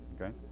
Okay